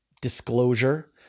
disclosure